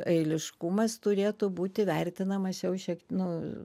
eiliškumas turėtų būti vertinamas jau šiek nu